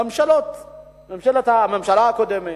הממשלה הקודמת,